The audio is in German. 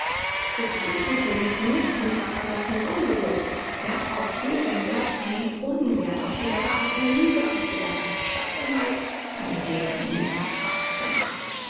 die christliche kirche ließ nichts mit ihrer verderbniß unberührt sie hat aus jedem werth einen unwerth aus jeder wahrheit eine lüge aus jeder rechtschaffenheit eine seelen niedertracht gemacht